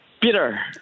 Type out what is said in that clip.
Peter